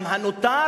גם הנותר,